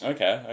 Okay